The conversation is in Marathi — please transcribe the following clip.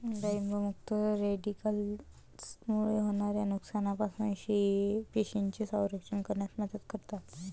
डाळिंब मुक्त रॅडिकल्समुळे होणाऱ्या नुकसानापासून पेशींचे संरक्षण करण्यास मदत करतात